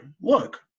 Look